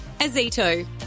azito